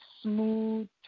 smooth